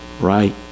right